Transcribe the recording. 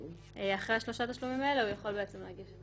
אחרי שלושה תשלומים אלה, הוא יכול להגיש את